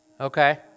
okay